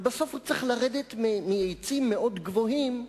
ובסוף הוא צריך לרדת מעצים מאוד גבוהים,